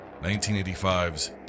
1985's